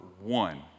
one